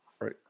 right